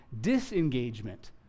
disengagement